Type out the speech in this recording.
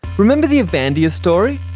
remember the avandia story?